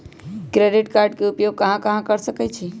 Credit card के उपयोग कहां कहां कर सकईछी?